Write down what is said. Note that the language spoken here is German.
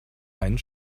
einen